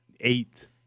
eight—